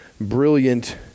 brilliant